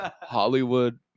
Hollywood